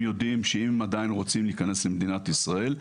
יודעים שאם הם עדיין רוצים להיכנס למדינת ישראל,